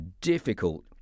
difficult